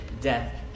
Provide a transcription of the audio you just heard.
death